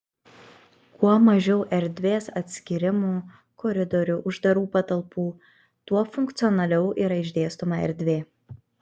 kuo mažiau erdvės atskyrimų koridorių uždarų patalpų tuo funkcionaliau yra išdėstoma erdvė